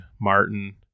Martin